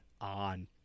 on